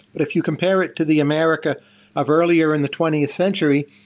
but if you compare it to the america of earlier in the twentieth century,